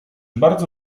bardzo